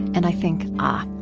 and i think ah!